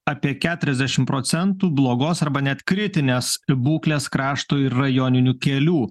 apie keturiasdešim procentų blogos arba net kritinės būklės krašto ir rajoninių kelių